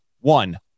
one